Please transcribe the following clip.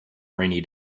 rainy